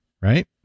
right